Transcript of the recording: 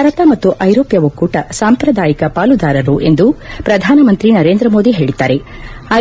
ಭಾರತ ಮತ್ತು ಐರೋಪ್ಯ ಒಕ್ಕೂಟ ಸಾಂಪ್ರದಾಯಿಕ ಪಾಲುದಾರರು ಎಂದು ಪ್ರಧಾನಮಂತ್ರಿ ನರೇಂದ್ರ ಮೋದಿ ಹೇಳಿದ್ದಾರೆ